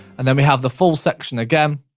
and then we have the full section again.